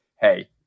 hey